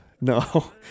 No